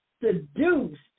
seduced